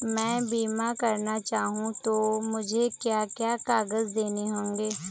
मैं बीमा करना चाहूं तो मुझे क्या क्या कागज़ देने होंगे?